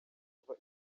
kuva